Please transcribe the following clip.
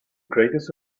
greatest